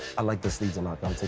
i like the sleeves a lot,